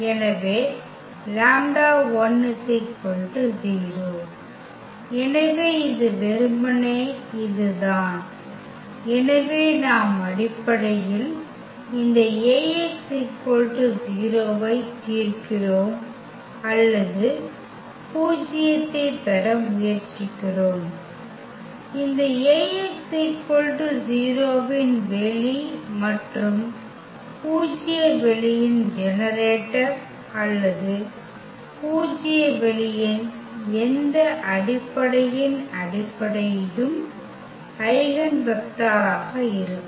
எனவே λ1 0 எனவே இது வெறுமனே இது தான் எனவே நாம் அடிப்படையில் இந்த Ax 0 ஐ தீர்க்கிறோம் அல்லது பூஜ்யத்தைப் பெற முயற்சிக்கிறோம் இந்த Ax 0 இன் வெளி மற்றும் பூஜ்ய வெளியின் ஜெனரேட்டர் அல்லது பூஜ்ய வெளியின் எந்த அடிப்படையின் அடிப்படையும் ஐகென் வெக்டராக இருக்கும்